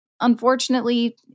unfortunately